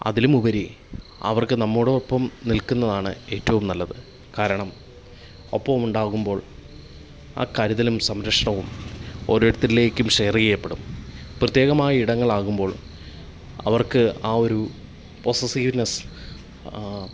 അതിലും ഉപരി അവർക്ക് നമ്മോടൊപ്പം നിൽക്കുന്നതാണ് ഏറ്റവും നല്ലത് കാരണം ഒപ്പമുണ്ടാകുമ്പോൾ ആ കരുതലും സംരക്ഷണവും ഓരോരുത്തരിലേക്കും ഷെയർ ചെയ്യപ്പെടും പ്രത്യേകമായ ഇടങ്ങളാകുമ്പോൾ അവർക്ക് ആ ഒരു പോസ്സസീവ്നെസ്സ്